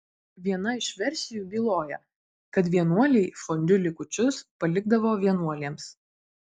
viena iš versijų byloja kad vienuoliai fondiu likučius palikdavo vienuolėms